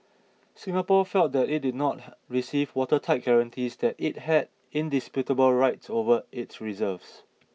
Singapore felt that it did not receive watertight guarantees that it had indisputable rights over its reserves